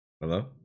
Hello